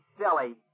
silly